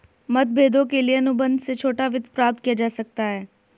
मतभेदों के लिए अनुबंध से छोटा वित्त प्राप्त किया जा सकता है